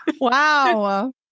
Wow